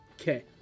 Okay